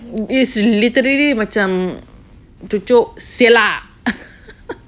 it's literally macam cucuk selah